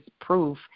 proof